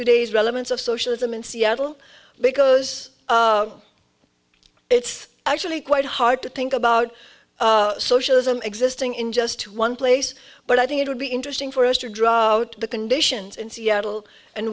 today is relevance of socialism in seattle because it's actually quite hard to think about socialism existing in just one place but i think it would be interesting for us to draw out the conditions in seattle and